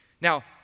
Now